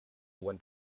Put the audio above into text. went